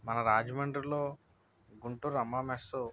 మన రాజమండ్రిలో గుంటూరు అమ్మ మెస్